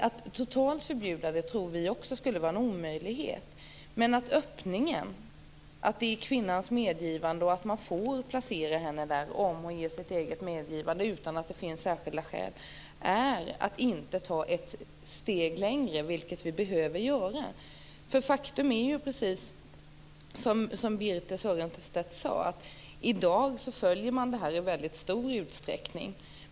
Att totalt förbjuda det tror vi också skulle vara en omöjlighet. Men med öppningen att man får placera kvinnan i en annan anstalt om hon ger sitt eget medgivande utan att det finns särskilda skäl är att inte ta ett steg längre, vilket vi behöver göra. Faktum är, precis som Birthe Sörestedt sade, att man i dag följer detta i stor utsträckning.